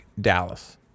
Dallas